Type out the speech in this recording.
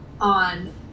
on